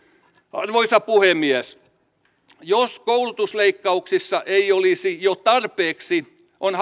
arvoisa puhemies jos koulutusleikkauksissa ei olisi jo tarpeeksi on